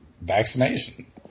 vaccination